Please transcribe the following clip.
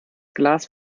glas